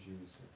Jesus